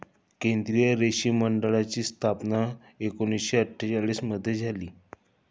केंद्रीय रेशीम मंडळाची स्थापना एकूणशे अट्ठेचालिश मध्ये झाली